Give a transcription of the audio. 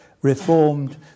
reformed